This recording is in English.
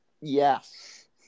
yes